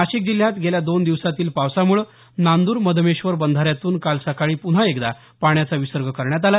नाशिक जिल्ह्यात गेल्या दोन दिवसातील पावसामुळं नांद्र मधमेश्वर बंधाऱ्यातून काल सकाळी पुन्हा एकदा पाण्याचा विसर्ग करण्यात आला